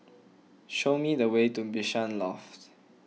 show me the way to Bishan Loft